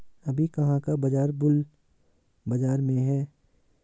अभी कहाँ का बाजार बुल बाजार में है?